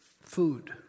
food